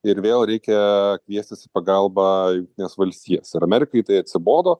ir vėl reikia kviestis į pagalbąjungtines valstijas ir amerikai tai atsibodo